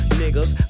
niggas